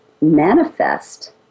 manifest